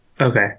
Okay